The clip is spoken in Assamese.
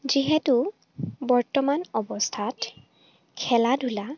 যিহেতু বৰ্তমান অৱস্থাত খেলা ধূলা